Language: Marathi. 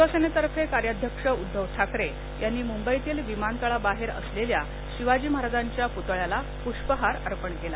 शिवसेनेतर्फे कार्याध्यक्ष उद्दव ठाकरे यांनी मुंबईतील विमानतळाबाहेर असलेल्या शिवाजी महाराजांच्या पुतळ्याला पुष्पहार अर्पण केला